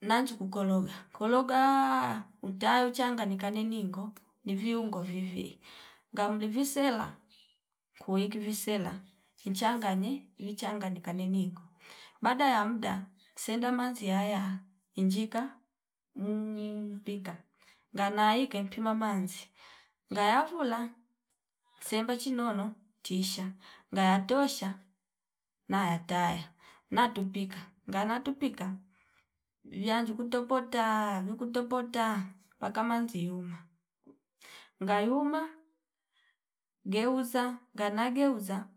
nanju kukologa kologa utayo changanika nikane ningo ni viungo vivwi ngamvi visela kuwiki visela mchanganye vichanganika ka neni ningo baada ya mdaa senda manzi yaya injika muum pika ngana ike mpima manzi ngaya vula sembechi nono tisha ngaya tosha nayataya natupika ngana tupika vyanzu kutopotaa vi kutopota paka manzi yeuma ngayuma geuza ngana geuza